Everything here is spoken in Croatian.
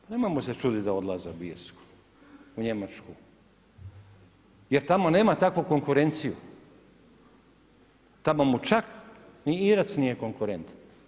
Pa nemojmo se čuditi da odlaze u Irsku, u Njemačku, jer tamo nema takvu konkurenciju, tamo mu čak ni Irac nije konkurent.